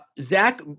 Zach